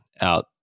out